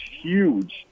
huge